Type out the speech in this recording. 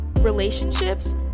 relationships